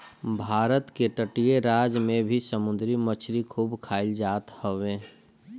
भारत के तटीय राज में भी समुंदरी मछरी खूब खाईल जात हवे